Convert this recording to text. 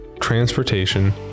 transportation